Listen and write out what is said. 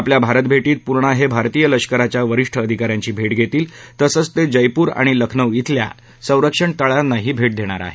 आपल्या भारत भेटीत पुर्णा हे भारतीय लष्कराच्या वरिष्ठ अधिकाऱ्यांची भेट घेणार आहेत तसंच ते जयपूर आणि लखनऊ ब्रिल्या संरक्षण तळालाही भेट देणार आहे